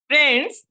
Friends